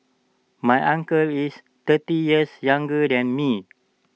my uncle is thirty years younger than me